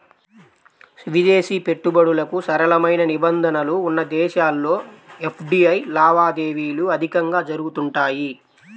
విదేశీ పెట్టుబడులకు సరళమైన నిబంధనలు ఉన్న దేశాల్లో ఎఫ్డీఐ లావాదేవీలు అధికంగా జరుగుతుంటాయి